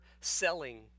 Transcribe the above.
selling